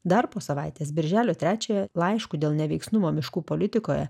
dar po savaitės birželio trečiąją laišku dėl neveiksnumo miškų politikoje